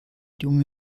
jungen